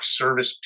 service